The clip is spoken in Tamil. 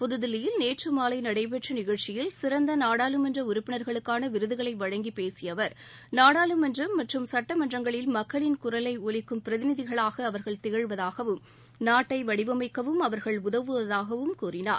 புதுதில்லியில் நேற்று மாலை நடைபெற்ற நிகழ்ச்சியில் சிறந்த நாடாளுமன்ற உறுப்பினர்களுக்கான விருதுகளை வழங்கி பேசிய அவர் நாடாளுமன்றம் மற்றும் சட்டமன்றங்களில் மக்களின் குரலை ஒலிக்கும் பிரதிநிதிகளாக அவர்கள் திகழ்வதாகவும் நாட்டை வடிவமைக்கவும் அவர்கள் உதவுவதாகவும் கூறினார்